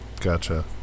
Gotcha